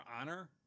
Honor